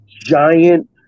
giant